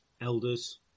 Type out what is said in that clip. elders